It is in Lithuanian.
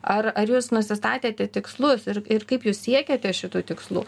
ar ar jūs nusistatėte tikslus ir ir kaip jūs siekiate šitų tikslų